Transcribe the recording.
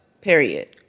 period